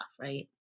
right